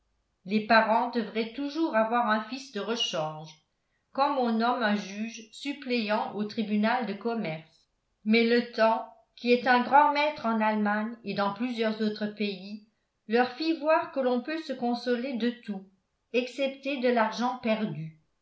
les parents devraient toujours avoir un fils de rechange comme on nomme un juge suppléant au tribunal de commerce mais le temps qui est un grand maître en allemagne et dans plusieurs autres pays leur fit voir que l'on peut se consoler de tout excepté de l'argent perdu